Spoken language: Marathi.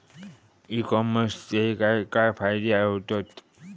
ई कॉमर्सचे काय काय फायदे होतत?